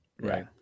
Right